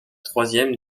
troisième